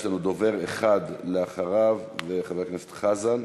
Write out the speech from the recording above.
יש לנו דובר אחד אחריו, חבר הכנסת חזן.